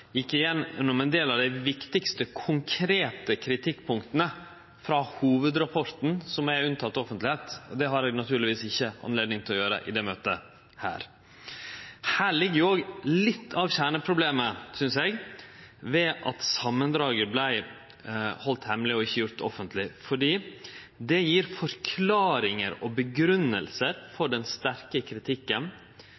ikkje anledning til å gjere i dette møtet. Her ligg òg litt av kjerneproblemet, synest eg, ved at samandraget vart halde hemmeleg og ikkje gjort offentleg. For det gjev forklaringar på og